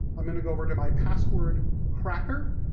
i'm gonna go over to my password cracker,